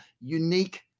unique